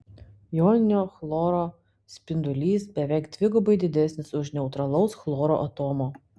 joninio chloro spindulys beveik dvigubai didesnis už neutralaus chloro atomo